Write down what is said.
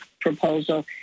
proposal